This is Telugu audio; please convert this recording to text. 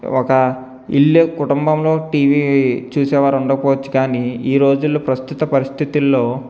ఒక ఇల్లు కుటుంబంలో టీవీ చూసేవారు ఉండకపోవచ్చు కానీ ఈ రోజుల్లో ప్రస్తుత పరిస్థితుల్లో